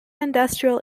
industrial